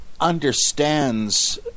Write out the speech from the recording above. understands